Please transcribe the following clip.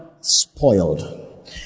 spoiled